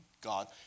God